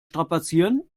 strapazieren